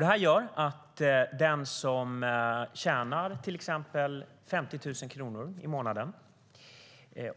Det gör att den person som tjänar till exempel 50 000 kronor i månaden - vi